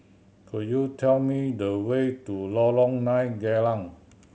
could you tell me the way to Lorong Nine Geylang